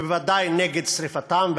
ובוודאי נגד שרפתם,